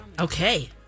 Okay